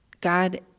God